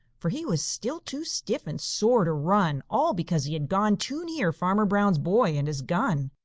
for he was still too stiff and sore to run, all because he had gone too near farmer brown's boy and his gun.